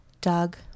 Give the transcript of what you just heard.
Doug